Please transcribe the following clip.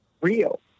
real